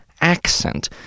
accent